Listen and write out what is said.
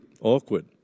awkward